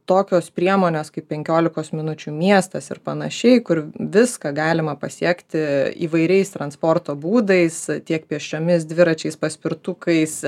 tokios priemonės kaip penkiolikos minučių miestas ir panašiai kur viską galima pasiekti įvairiais transporto būdais tiek pėsčiomis dviračiais paspirtukais